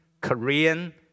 Korean